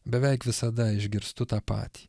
beveik visada išgirstu tą patį